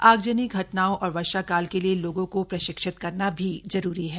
आगजनी घटनाओं और वर्षाकाल के लिए लोगों को प्रशिक्षित करना भी जरूरी है